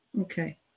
Okay